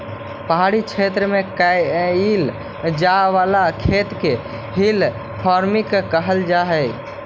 पहाड़ी क्षेत्र में कैइल जाए वाला खेत के हिल फार्मिंग कहल जा हई